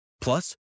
Plus